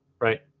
right